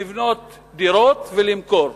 לבנות דירות ולמכור.